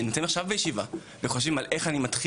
שנמצאים עכשיו בישיבה וחושבים על איך אני מתחיל